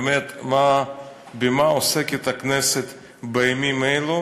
באמת, במה עוסקת הכנסת בימים אלו